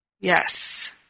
Yes